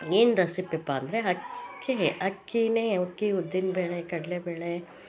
ಏನು ರೆಸಿಪಿಪ್ಪಾಂದರೆ ಅಕ್ಕಿಗೆ ಅಕ್ಕಿನೇ ಅಕ್ಕಿ ಉದ್ದಿನ್ಬೇಳೆ ಕಡಲೇಬೇಳೆ